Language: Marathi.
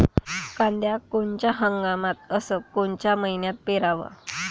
कांद्या कोनच्या हंगामात अस कोनच्या मईन्यात पेरावं?